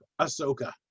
Ahsoka